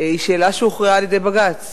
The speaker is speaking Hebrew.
היא שאלה שהוכרעה בבג"ץ